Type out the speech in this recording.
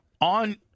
On